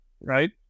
right